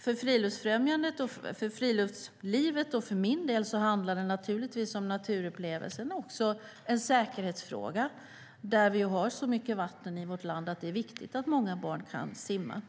För friluftsfrämjandets, för friluftslivets och för min del handlar det naturligtvis om naturupplevelser. Men det är också en säkerhetsfråga. Vi har så mycket vatten i vårt land att det är viktigt att många barn kan simma.